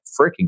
freaking